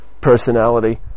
personality